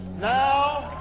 now,